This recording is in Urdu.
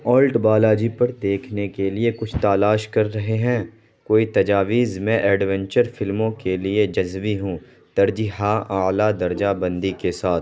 اولٹ بالاجی پر دیکھنے کے لیے کچھ تلاش کر رہے ہیں کوئی تجاویز میں ایڈونچر فلموں کے لیے جزوے ہوں ترجیحاں اعلیٰ درجہ بندی کے ساتھ